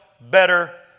better